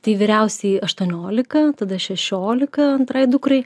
tai vyriausiajai aštuoniolika tada šešiolika antrai dukrai